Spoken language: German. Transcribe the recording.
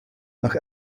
nach